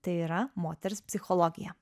tai yra moters psichologiją